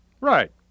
Right